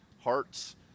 hearts